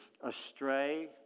astray